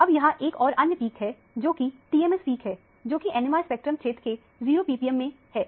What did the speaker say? अब यहां एक और अन्य पिक है जो कि TMS पीक है जो कि NMR स्पेक्ट्रम क्षेत्र के 0 ppm में है